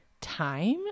time